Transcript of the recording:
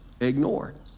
ignored